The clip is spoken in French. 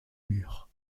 murs